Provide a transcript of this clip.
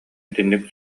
итинник